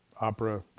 opera